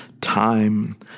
Time